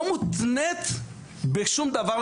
לא מותנית בשום דבר,